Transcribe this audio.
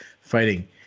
fighting